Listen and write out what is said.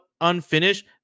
unfinished